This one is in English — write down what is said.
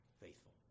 faithful